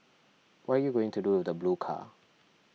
what are you going to do with the blue car